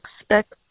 expect